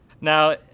Now